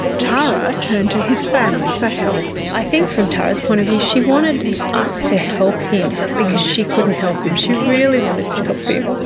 tara turned to his family for help. i think from tara's point of view she wanted us to help him because she couldn't help him, she really wanted to help him.